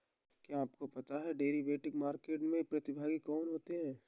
क्या आपको पता है कि डेरिवेटिव मार्केट के प्रतिभागी कौन होते हैं?